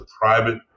private